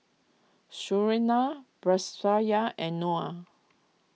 Surinam Batrisya and Noh